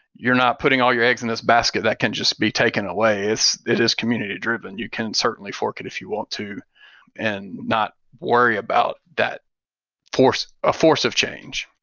you're not putting all your eggs in this basket that can just be taken away. it is community-driven. you can certainly fork it if you want to and not worry about that force a force of change